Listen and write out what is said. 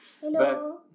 Hello